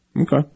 Okay